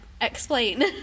explain